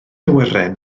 awyren